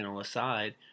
aside